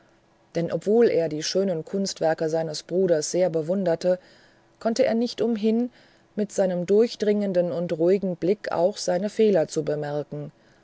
denn obwohl er die schönen kunstwerke seines bruders sehr bewunderte konnte er nicht umhin mit seinem durchdringenden und ruhigen blick auch seine fehler zu bemerken